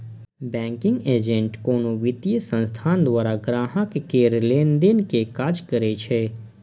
banking agent कोनो वित्तीय संस्थान द्वारा ग्राहक केर लेनदेन के काज करै छै